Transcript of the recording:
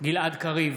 גלעד קריב,